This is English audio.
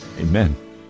Amen